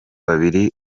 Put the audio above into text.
babiri